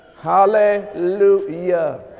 Hallelujah